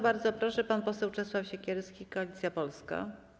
Bardzo proszę, pan poseł Czesław Siekierski, Koalicja Polska.